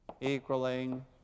equaling